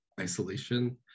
isolation